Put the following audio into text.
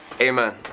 Amen